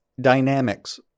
dynamics